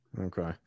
okay